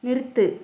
நிறுத்து